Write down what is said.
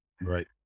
Right